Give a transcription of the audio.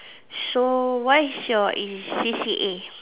so what is your C_C_A